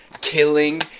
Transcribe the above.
killing